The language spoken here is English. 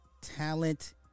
Talent